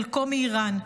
חלקו מאיראן,